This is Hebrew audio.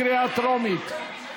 קריאה טרומית.